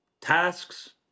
tasks